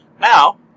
Now